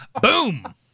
Boom